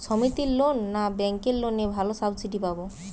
সমিতির লোন না ব্যাঙ্কের লোনে ভালো সাবসিডি পাব?